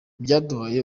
byaduhaye